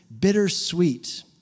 bittersweet